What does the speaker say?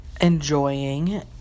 enjoying